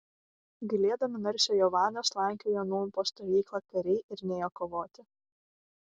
gailėdami narsiojo vado slankiojo nūn po stovyklą kariai ir nėjo kovoti